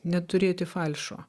neturėti falšo